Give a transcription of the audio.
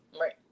right